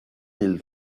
mille